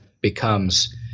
becomes